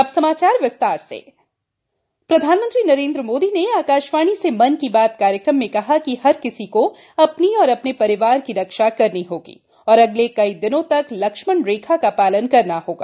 अब समाचार विस्तार से मन की बात प्रधानमंत्री नरेन्द्र मोदी ने आकाशवाणी से मन की बात कार्यक्रम में कहा कि हर किसी को अपनी और अपने परिवार की रक्षा करनी होगी और अगले कई दिनों तक लक्ष्मण रेखा का पालन करना होगा